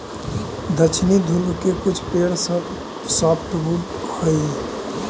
दक्षिणी ध्रुव के कुछ पेड़ सॉफ्टवुड हइ